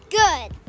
good